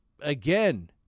again